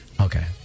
Okay